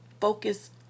focus